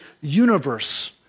universe